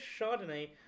Chardonnay